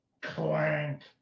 Clank